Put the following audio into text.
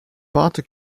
party